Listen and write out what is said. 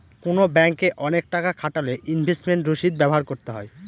কোনো ব্যাঙ্কে অনেক টাকা খাটালে ইনভেস্টমেন্ট রসিদ ব্যবহার করতে হয়